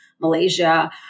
Malaysia